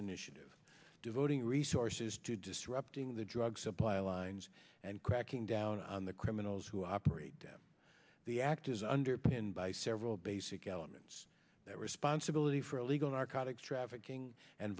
initiative devoting resources to disrupting the drug supply lines and cracking down on the criminals who operate them the act is underpinned by several basic elements that responsibility for illegal narcotics trafficking and